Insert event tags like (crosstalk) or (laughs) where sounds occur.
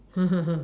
(laughs)